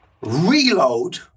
Reload